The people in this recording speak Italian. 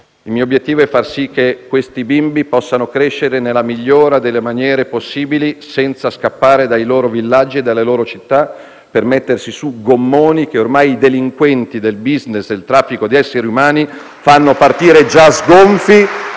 il mio obiettivo è far sì che questi bimbi possano crescere nella migliore maniera possibile, senza scappare dai loro villaggi e dalle loro città per mettersi su gommoni, che ormai i delinquenti del *business* del traffico di esseri umani fanno partire già sgonfi,